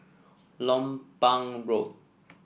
Lompang Road